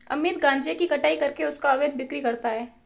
अमित गांजे की कटाई करके उसका अवैध बिक्री करता है